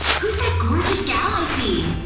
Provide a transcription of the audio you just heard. who's that gorgeous gal i see?